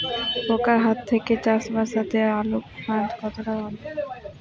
পোকার হাত থেকে চাষ বাচাতে আলোক ফাঁদ কতটা কার্যকর?